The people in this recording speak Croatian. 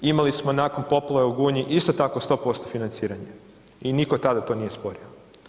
Imali smo nakon poplave u Gunji isto tako 100% financiranje i niko tada to nije sporio.